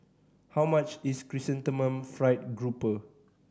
how much is Chrysanthemum Fried Grouper